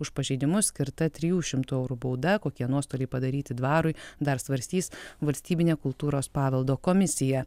už pažeidimus skirta trijų šimtų eurų bauda kokie nuostoliai padaryti dvarui dar svarstys valstybinė kultūros paveldo komisija